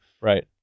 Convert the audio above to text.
Right